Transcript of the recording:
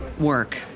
work